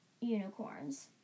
unicorns